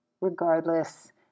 Regardless